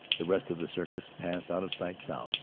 the rest of the circus passed out of sight south